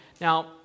Now